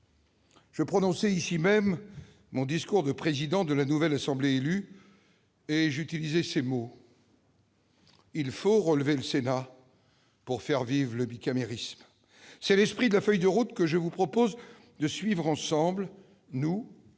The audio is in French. je prononçais ici même mon discours de président de la nouvelle assemblée élue et j'utilisais ces mots :« Il faut relever le Sénat pour faire vivre le bicamérisme. C'est l'esprit de la feuille de route que je vous propose de suivre ensemble, nous, les